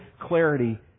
clarity